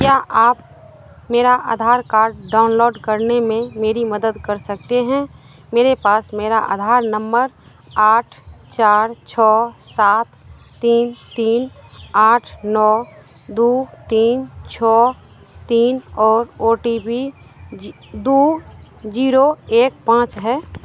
क्या आप मेरा आधार कार्ड डाउनलोड करने में मेरी मदद कर सकते हैं मेरे पास मेरा आधार नम्बर आठ चार छह सात तीन तीन आठ नौ दो तीन छह तीन और ओ टी पी दो ज़ीरो एक पाँच है